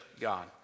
God